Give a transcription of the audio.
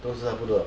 都是差不多